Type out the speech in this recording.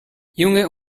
junge